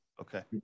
okay